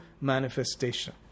manifestation